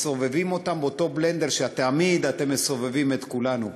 מסובבים אותן באותו בלנדר שתמיד אתם מסובבים את כולנו בו,